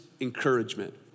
encouragement